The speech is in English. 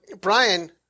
Brian